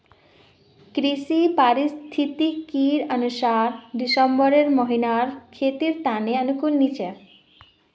कृषि पारिस्थितिकीर अनुसार दिसंबर महीना खेतीर त न अनुकूल नी छोक